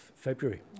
February